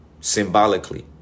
Symbolically